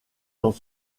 dans